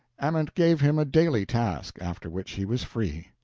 ament gave him a daily task, after which he was free.